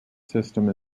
system